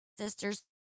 sisters